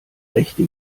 rechte